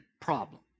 problem